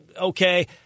okay